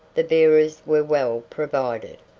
the bearers were well provided,